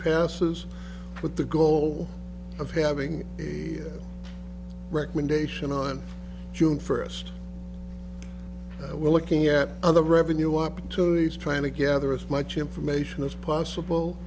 passes with the goal of having a recommendation on june first we're looking at other revenue opportunities trying to gather as much information as possible